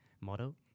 model